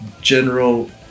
general